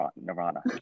nirvana